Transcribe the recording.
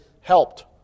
helped